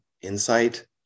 insight